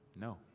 No